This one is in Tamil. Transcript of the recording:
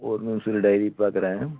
ஒரு நிமிடம் இரு டைரியை பாக்கிறேன்